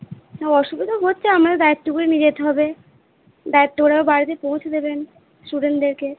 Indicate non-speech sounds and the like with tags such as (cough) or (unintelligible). (unintelligible) অসুবিধা হচ্ছে আমার দায়িত্ব করে নিয়ে যেতে হবে দায়িত্ব করে আবার বাড়িতে পৌঁছে দেবেন স্টুডেন্টদেরকে